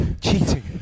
cheating